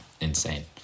insane